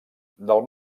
del